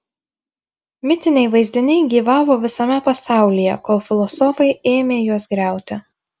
mitiniai vaizdiniai gyvavo visame pasaulyje kol filosofai ėmė juos griauti